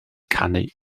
canu